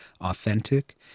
authentic